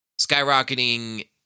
Skyrocketing